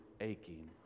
aching